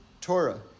Torah